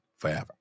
forever